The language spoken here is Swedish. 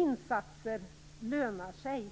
Insatser lönar sig.